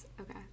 Okay